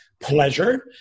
pleasure